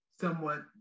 somewhat